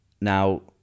Now